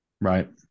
Right